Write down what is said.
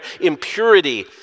impurity